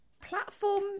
platform